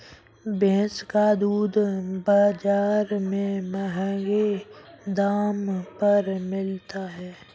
भैंस का दूध बाजार में महँगे दाम पर मिलता है